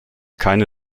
keine